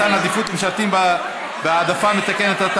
מתן עדיפות למשרתים בהעדפה מתקנת),